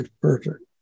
perfect